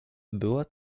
była